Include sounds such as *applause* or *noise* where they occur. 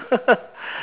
*laughs*